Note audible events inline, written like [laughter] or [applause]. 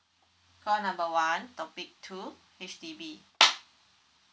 call number one topic two H_D_B [noise]